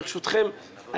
ברשותכם,